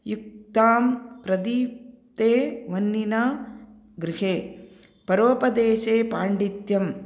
युक्तां प्रदीप्ते वह्निना गृहे परोपदेशे पाण्डित्यं